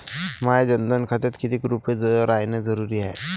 माह्या जनधन खात्यात कितीक रूपे रायने जरुरी हाय?